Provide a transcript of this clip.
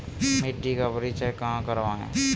मिट्टी का परीक्षण कहाँ करवाएँ?